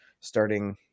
starting –